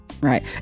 Right